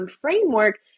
framework